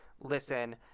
listen